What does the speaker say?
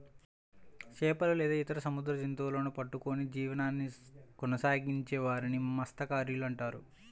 చేపలు లేదా ఇతర సముద్ర జంతువులను పట్టుకొని జీవనాన్ని కొనసాగించే వారిని మత్య్సకారులు అంటున్నారు